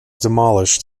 demolished